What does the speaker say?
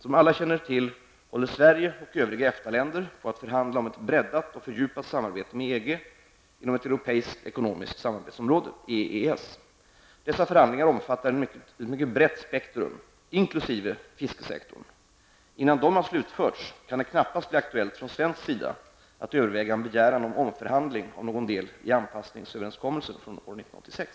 Som alla väl känner till håller Sverige och övriga EFTA-länder på att förhandla om ett breddat och fördjupat samarbete med EG inom ett europeiskt ekonomiskt samarbetsområde, EES. Dessa förhandlingar omfattar ett mycket brett spektrum, inkl. fiskesektorn. Innan de har slutförts, kan det från svensk sida knappast bli aktuellt att överväga en begäran om omförhandling av någon del i anpassningsöverenskommelsen från 1986.